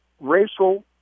racial